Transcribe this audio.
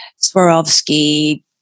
Swarovski